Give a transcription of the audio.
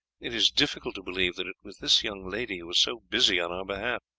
it is difficult to believe that it was this young lady who was so busy on our behalf.